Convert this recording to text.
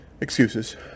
excuses